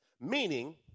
Meaning